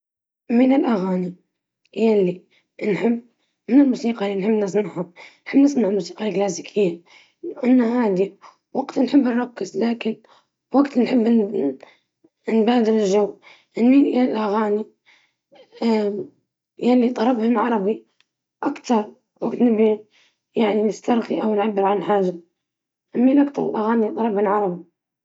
أحب الاستماع إلى الموسيقى الهادئة، خاصة الموسيقى الكلاسيكية والموسيقى الريفية، تجلب لي الراحة وتساعدني على الاسترخاء والتفكير بوضوح.